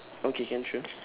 okay can sure